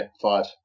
five